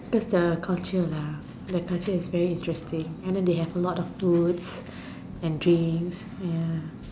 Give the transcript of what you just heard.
that's the culture lah their culture is very interesting and they have a lot of foods and drinks ya